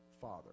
father